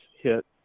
hit